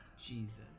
jesus